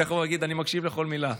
אתה יכול להגיד: אני מקשיב לכל מילה.